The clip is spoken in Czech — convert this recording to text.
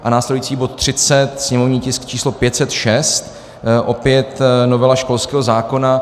A následující bod 30, sněmovní tisk číslo 506, opět novela školského zákona.